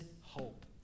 hope